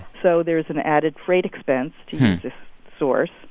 so there is an added freight expense to this source.